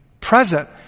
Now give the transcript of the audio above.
present